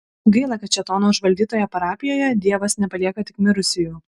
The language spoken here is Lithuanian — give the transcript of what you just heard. gaila kad šėtono užvaldytoje parapijoje dievas nepalieka tik mirusiųjų